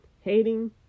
hating